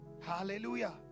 hallelujah